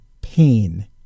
pain